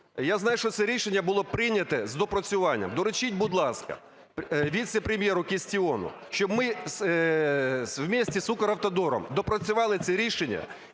Я знаю, що це рішення було прийняте з доопрацюванням. Доручіть, будь ласка, віце-прем'єру Кістіону, щоб ми вместе с "Укравтодором" доопрацювали це рішення